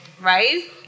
Right